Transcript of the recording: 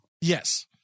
Yes